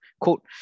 quote